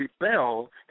rebel